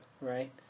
right